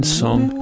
song